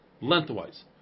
lengthwise